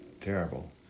terrible